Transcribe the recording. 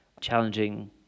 challenging